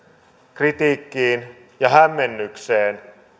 kritiikkiin ja hämmennykseen